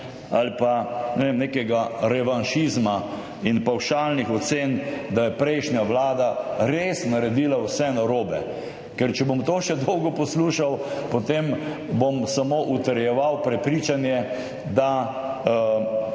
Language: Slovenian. vem, nekega revanšizma in pavšalnih ocen, da je prejšnja vlada res naredila vse narobe. Ker če bom to še dolgo poslušal, potem bom samo utrjeval prepričanje, da